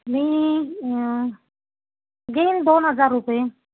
मी घेईन दोन हजार रुपये